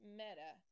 meta